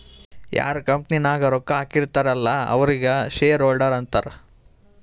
ಯಾರ್ ಕಂಪನಿ ನಾಗ್ ರೊಕ್ಕಾ ಹಾಕಿರ್ತಾರ್ ಅಲ್ಲಾ ಅವ್ರಿಗ ಶೇರ್ ಹೋಲ್ಡರ್ ಅಂತಾರ